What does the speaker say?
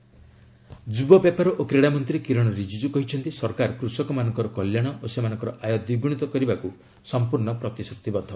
ରିଜିଜ୍ ଯୁବ ବ୍ୟାପାର ଓ କ୍ରିଡ଼ା ମନ୍ତ୍ରୀ କିରଣ ରିଜିଜ୍ଞ୍ କହିଛନ୍ତି ସରକାର କୃଷକମାନଙ୍କର କଲ୍ୟାଣ ଓ ସେମାନଙ୍କର ଆୟ ଦ୍ୱିଗୁଣିତ କରିବାକୁ ସମ୍ପୂର୍ଣ୍ଣ ପ୍ରତିଶ୍ରତିବଦ୍ଧ